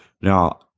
Now